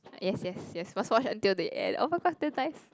yes yes yes must watch until the end oh my god damn nice